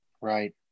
Right